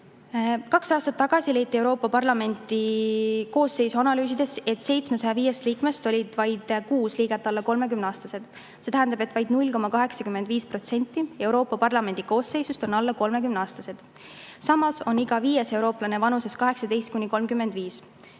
Kaks aastat tagasi leiti Euroopa Parlamendi koosseisu analüüsides, et 705 liikmest olid vaid kuus liiget alla 30-aastased. See tähendab, et vaid 0,85% Euroopa Parlamendi koosseisust on alla 30-aastased. Samas on iga viies eurooplane vanuses 18